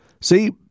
See